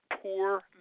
poor